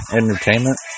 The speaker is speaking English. entertainment